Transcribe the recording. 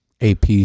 AP